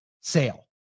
sale